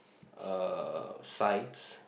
uh sites